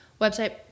website